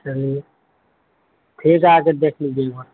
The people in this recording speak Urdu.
چلیے ٹھیک ہے آ کے دیکھ لیجیے ایک بار